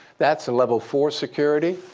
that's the level four security.